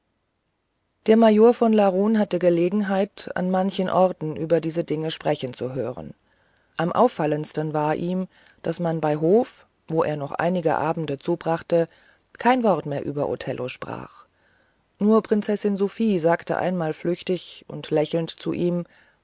der major von larun hatte gelegenheit an manchen orten über diese dinge sprechen zu hören am auffallendsten war ihm daß man bei hof wo er noch einige abende zubrachte kein wort mehr über othello sprach nur prinzessin sophie sagte einmal flüchtig und lächelnd zu ihm